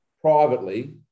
privately